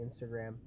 Instagram